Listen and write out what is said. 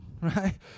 right